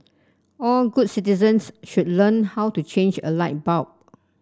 all good citizens should learn how to change a light bulb